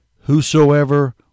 whosoever